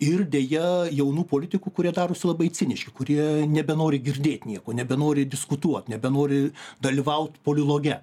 ir deja jaunų politikų kurie darosi labai ciniški kurie nebenori girdėt nieko nebenori diskutuot nebenori dalyvaut politologe